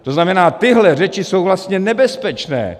To znamená, tyhle řeči jsou vlastně nebezpečné!